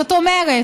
זאת אומרת,